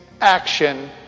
action